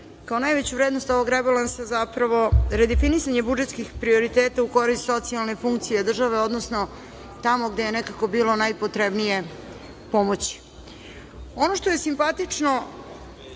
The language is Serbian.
kao najveću vrednost ovog rebalansa zapravo redefinisanje budžetskih prioriteta u korist socijalne funkcije države, odnosno tamo gde je nekako bilo najpotrebnije pomoći. Ono što je simpatično